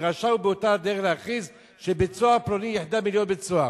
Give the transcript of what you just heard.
ורשאי הוא באותה דרך להכריז שבית-סוהר פלוני יחדל מלהיות בית-סוהר.